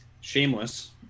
Shameless